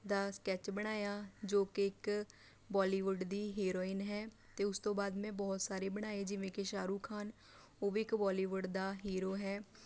ਦਾ sketch ਬਣਾਇਆ ਜੋ ਕਿ ਇੱਕ ਬੋਲੀਵੁੱਡ ਦੀ ਹੀਰੋਇਨ ਹੈ ਅਤੇ ਉਸ ਤੋਂ ਬਾਅਦ ਮੈਂ ਬਹੁਤ ਸਾਰੇ ਬਣਾਏ ਜਿਵੇਂ ਕਿ ਸ਼ਾਹਰੁਖ ਖਾਨ ਉਹ ਵੀ ਇੱਕ ਬੋਲੀਵੁੱਡ ਦਾ ਹੀਰੋ ਹੈ